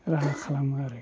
राहा खालामो आरो